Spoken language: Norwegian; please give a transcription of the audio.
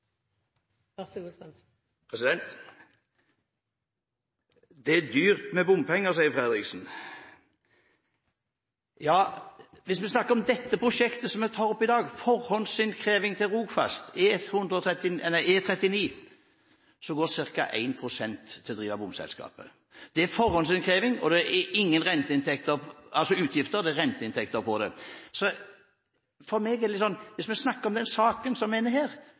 Det er dyrt med bompenger, sier representanten Fredriksen. Hvis vi snakker om dette prosjektet som vi tar opp i dag, forhåndsinnkreving til E39 Rogfast, går ca. 1 pst. til å drive bomselskapet. Det er forhåndsinnkreving, det er ingen renteutgifter, og det er renteinntekter på det. Hvis man snakker om denne saken, er dette totalt bom. Dette er utrolig billig. Under 1 pst. av disse bompengene går faktisk til drift av bompengeselskapet. Dette er